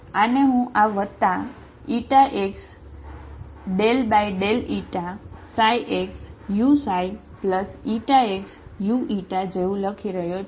આને હું આ વત્તા x ξxuxu જેવું લખી રહ્યો છું